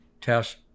test